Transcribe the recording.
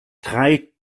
drei